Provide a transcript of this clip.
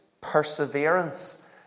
perseverance